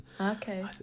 okay